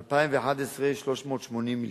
ב-2011, 380 מיליארד,